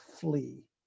flee